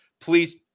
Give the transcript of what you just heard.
Please